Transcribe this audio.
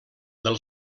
del